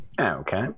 Okay